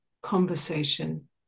conversation